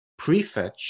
prefetch